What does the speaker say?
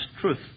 truth